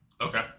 Okay